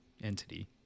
entity